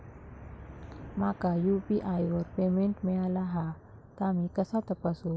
माका यू.पी.आय वर पेमेंट मिळाला हा ता मी कसा तपासू?